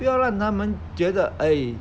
不要让他们觉得 eh